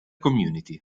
community